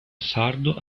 sardo